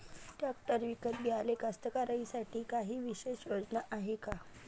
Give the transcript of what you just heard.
Tractor विकत घ्याले कास्तकाराइसाठी कायी विशेष योजना हाय का?